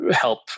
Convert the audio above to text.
help